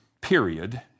period